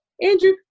andrew